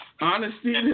honesty